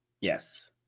Yes